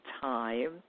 time